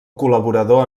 col·laborador